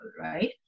right